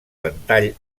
ventall